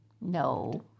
no